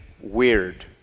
weird